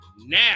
now